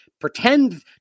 pretend